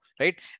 right